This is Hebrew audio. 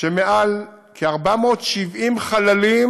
שמעל ל-470 חללים,